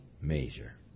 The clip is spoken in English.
measure